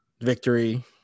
Victory